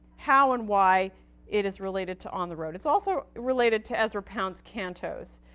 how and why it is related to on the road. it's also related to ezra pound's cantos,